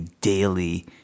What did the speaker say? daily